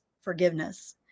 forgiveness